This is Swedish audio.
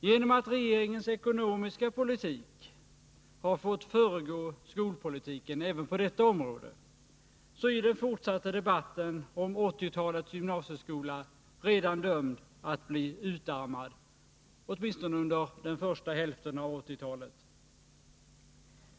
Genom att regeringens ekonomiska politik har fått föregå skolpolitiken även på detta område är den fortsatta debatten om 1980-talets gymnasieskola redan dömd att bli utarmad åtminstone under den första hälften av 1980-talet.